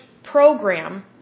program